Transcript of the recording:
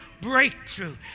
breakthrough